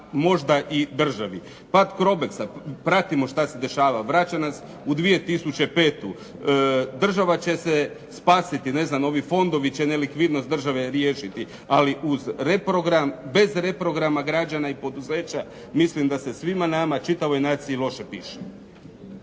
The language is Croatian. možda i državi. Pad Crobexa, pratimo šta se dešava. Vraća nas u 2005. Država će se spasiti. Ne znam ovi fondovi će nelikvidnost države riješiti, ali uz reprogram, bez reprograma građana i poduzeća mislim da se svima nama čitavoj naciji loše piše.